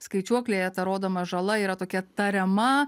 skaičiuoklėje ta rodoma žala yra tokia tariama